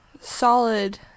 solid